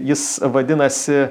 jis vadinasi